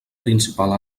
principal